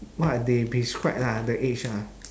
what they prescribe lah the age lah